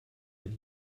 than